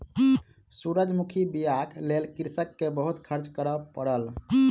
सूरजमुखी बीयाक लेल कृषक के बहुत खर्च करअ पड़ल